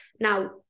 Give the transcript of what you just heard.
now